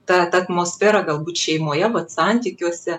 ta ta atmosfera galbūt šeimoje vat santykiuose